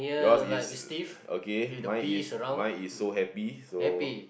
yours is okay mine is mine is so happy so